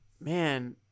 man